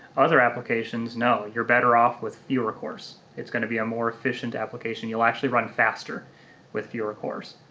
other applications, no, you're better off with fewer cores. it's gonna be a more efficient application. you'll actually run faster with fewer cores.